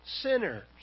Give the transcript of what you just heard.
sinners